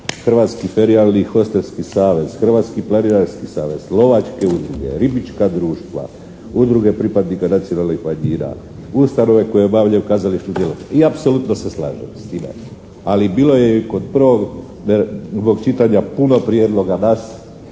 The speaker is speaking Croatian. Hrvatski ferijalni i hostelski savez, Hrvatski planinarski savez, lovačke udruge, ribička društva, udruge pripadnika nacionalnih manjina, ustanove koje obavljaju kazališnu djelatnost, i apsolutno se slažem s time. Ali, bilo je i kod prvog čitanja puno prijedloga nas